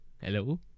Hello